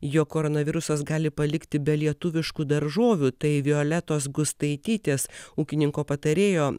jog koronavirusas gali palikti be lietuviškų daržovių tai violetos gustaitytės ūkininko patarėjo